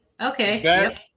Okay